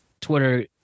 Twitter